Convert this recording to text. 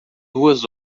duas